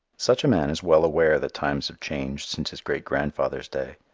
such a man is well aware that times have changed since his great-grandfather's day.